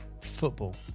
football